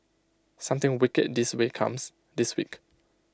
something wicked this way comes this week